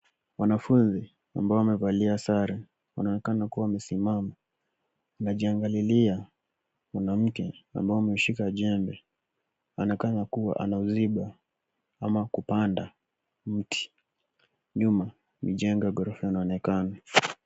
Wanafunzi ambao wamevalia sare, wanaonekana kuwa wamesimama. Wanajiangalilia mwanamke ambaye ameshika jembe, anaonekana kuwa anauziba ama kupanda mti. Nyuma, mijengo ya ghorofa yanaonekana.